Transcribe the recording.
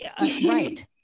right